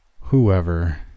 Whoever